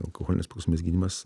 alkoholinės priklausomybės gydymas